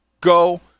Go